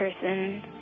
person